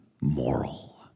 moral